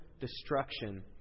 destruction